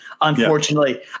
unfortunately